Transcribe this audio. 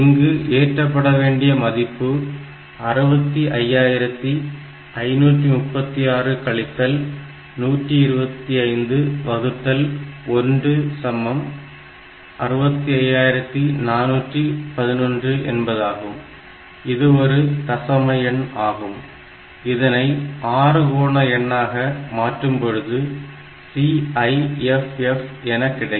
இங்கு ஏற்றப்பட வேண்டிய மதிப்பு 65536 கழித்தல் 125 வகுத்தல் 1 சமம் 65411 என்பதாகும் இது ஒரு தசம எண் ஆகும் இதனை ஆறுகோண எண்ணாக மாற்றும் பொழுது CIFF என கிடைக்கும்